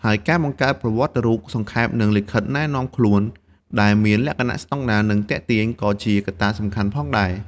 ហើយការបង្កើតប្រវត្តិរូបសង្ខេប និងលិខិតណែនាំខ្លួន ដែលមានលក្ខណៈស្តង់ដារ និងទាក់ទាញ ក៏ជាកត្តាសំខាន់ផងដែរ។